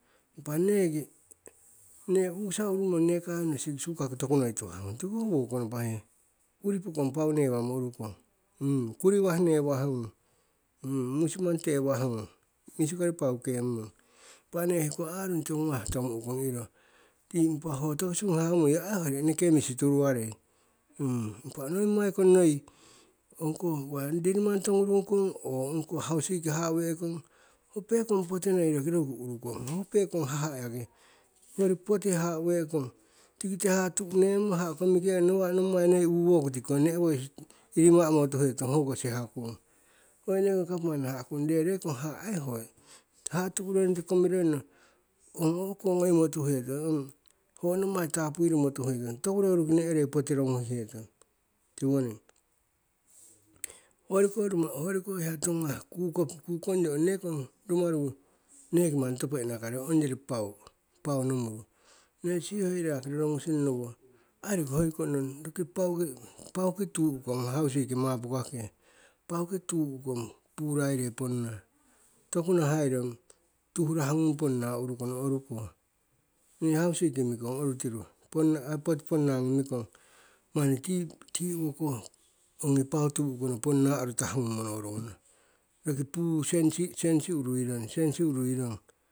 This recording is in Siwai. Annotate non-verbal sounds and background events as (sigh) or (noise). Impa neki, nne u'ukisa urumong nekayonnu siki suka ko tokunoi tuhah ngung, tiko hoko woko napahe, uri pokong pau newamo urukong. (hesitation) kuriwah newah ngung, (hesitation) musimang tewah ngung, misi kori pau kem mong. Impa nne hoiko arung tiwo gawah tomu'u kong iro, impa ho tokisunghe hamuiyo, ai hoi inoke misi turuwarei. (hesitation) impa nommai ko noi, ongkoh uwa didiman togurung kong, o, ongkoh hausikiki haha'a we'ekong, ho pekong poti noi roki roruki urukong, ho pekong haha'a yaki. Hoyori poti haha'a we'ekong, tikite haha'a tu'unemo haha'a komikemmo nawa'a nommai noi uhuwoku tikiko ne'ewe'e irima'amo tuhetong, hoko sihakung. (unintelligible) tiwogori ong ngi gavaman naha'akung re rekong haha'a ai ho haha'a turemmo komiremo, ong o'oko goimo tuhetong, ong ho nommai tapuirimo tuhetong. Toku roruki ne'ere'e poti rogihihetong, tiwoning. Hoyori ko ruma hoyori ko hiya tiwo gawah kukom kukongyo ong nekong rumaru neki manni topo inakarei, ongyori pau, pau nomuru. Nne siho noi yaki rorogusing nowo, ai roki hoiko nong roki pau, pau ki tu'ukong hausiki mapukake, pauki tu'ukong puraire ponna. Toku nahairong tuhrah ngung ponna urukono, oruko, ni hausiki mi'ikong oritiru, ponna, a poti ponna ngi mikong, manni ti, ti owokoh ongi pau tu'ukono ponna arutah ngung monorugono. Roki pu sensi, sensi uruirong sensi uruirong.